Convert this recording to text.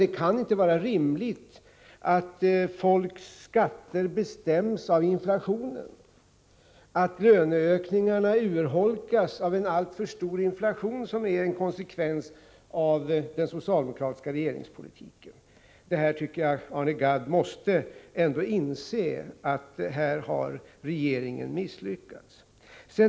Det kan inte vara rimligt att folks skatter bestäms av inflationen, att löneökningarna urholkas av en alltför stor inflation, vilket är en konsekvens av den socialdemokratiska regeringspolitiken. Här har regeringen misslyckats, och det tycker jag ändå Arne Gadd måste inse.